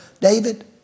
David